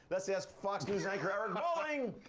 let's ask fox news anchor eric bolling.